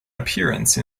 appearance